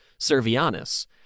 Servianus